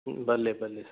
भले भले